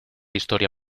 historia